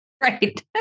right